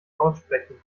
aussprechen